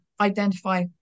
identify